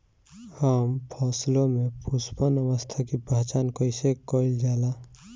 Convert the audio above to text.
हम फसलों में पुष्पन अवस्था की पहचान कईसे कईल जाला?